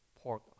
pork